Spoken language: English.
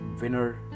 winner